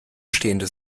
stehende